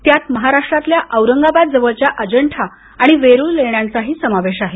त्यात महाराष्ट्रातल्या औरंगाबाद जवळच्या अजंठा आणि वेरूळ लेण्यांचाही समावेश आहे